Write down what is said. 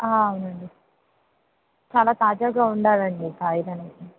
అవునండి చాలా తాజాగా ఉండాలండి కాయలనేవి